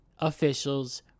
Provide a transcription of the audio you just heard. officials